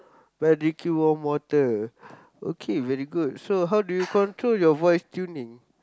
by drinking warm water okay very good so how do you control your voice tuning